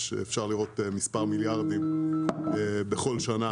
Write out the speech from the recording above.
אפשר לראות מספר מיליארדים בכל שנה,